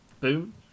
Boom